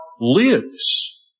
lives